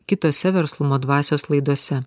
kitose verslumo dvasios laidose